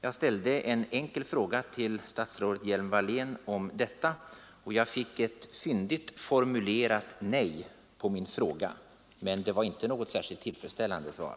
Jag ställde en enkel fråga om detta, och jag fick ett fyndigt formulerat nej på min fråga av statsrådet Hjelm-Wallén. Men det var inte något särskilt tillfredsställande svar.